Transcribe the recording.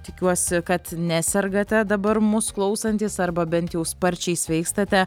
tikiuosi kad nesergate dabar mus klausantys arba bent jau sparčiai sveikstate